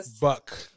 buck